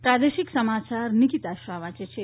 પ્રાદેશિક સમાચાર નીકિતા શાહ વાંચે છે